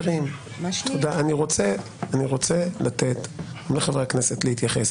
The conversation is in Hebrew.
אני רוצה לתת לחברי הכנסת להתייחס,